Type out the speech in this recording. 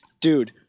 dude